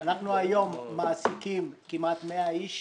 אנחנו היום מעסיקים כמעט 100 איש